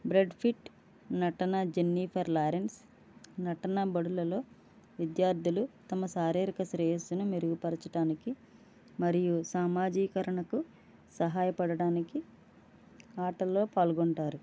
bread Pitt నటన Jennifer Lawrence నటన బడులలో విద్యార్థులు తమ శారీరక శ్రేయస్సుని మెరుగుపరచడానికి మరియు సామాజీకరణకు సహాయపడటానికి ఆటల్లో పాల్గొంటారు